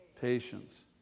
Patience